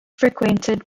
frequented